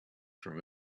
from